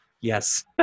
Yes